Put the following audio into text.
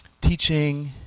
teaching